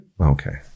Okay